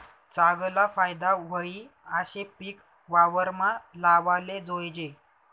चागला फायदा व्हयी आशे पिक वावरमा लावाले जोयजे